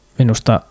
minusta